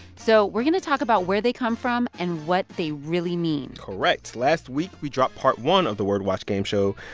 so we're going to talk about where they come from and what they really mean correct. last week, we dropped part one of the word watch game show.